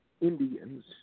Indians